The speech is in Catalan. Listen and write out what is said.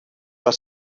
per